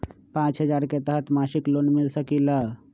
पाँच हजार के तहत मासिक लोन मिल सकील?